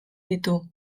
ditu